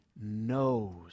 knows